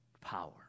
Power